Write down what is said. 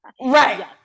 right